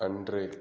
அன்று